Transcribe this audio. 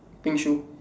pink shoe